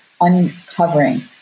uncovering